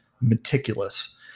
meticulous